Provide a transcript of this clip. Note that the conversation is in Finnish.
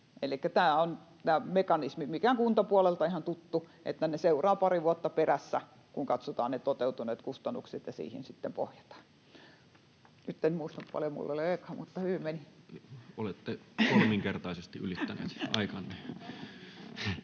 tämä mekanismi, mikä on kuntapuolelta ihan tuttu, että ne seuraavat pari vuotta perässä, kun katsotaan ne toteutuneet kustannukset ja siihen sitten pohjataan. Nyt en muista, paljonko minulla oli aikaa, mutta hyvin meni. [Speech 667] Speaker: Toinen